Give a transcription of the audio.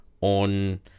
on